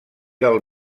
del